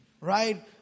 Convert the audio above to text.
right